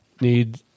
need